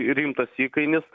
rimtas įkainis